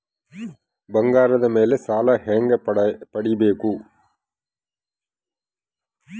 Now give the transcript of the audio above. ಬಂಗಾರದ ಮೇಲೆ ಸಾಲ ಹೆಂಗ ಪಡಿಬೇಕು?